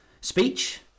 speech